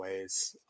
ways